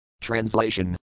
Translation